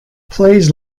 plays